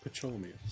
Pachomius